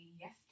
yes